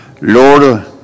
Lord